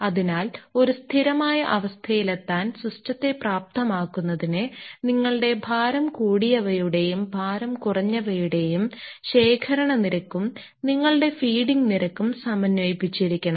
അതിനാൽ ഒരു സ്ഥിരമായ അവസ്ഥയിലെത്താൻ സിസ്റ്റത്തെ പ്രാപ്തമാക്കുന്നതിന് നിങ്ങളുടെ ഭാരം കൂടിയവയുടേയും ഭാരം കുറഞ്ഞവയുടേയും ശേഖരണ നിരക്കും നിങ്ങളുടെ ഫീഡിംഗ് നിരക്കും സമന്വയിപ്പിച്ചിരിക്കണം